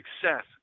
success